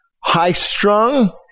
high-strung